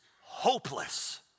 hopeless